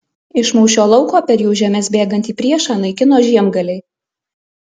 iš mūšio lauko per jų žemes bėgantį priešą naikino žiemgaliai